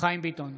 גדי איזנקוט,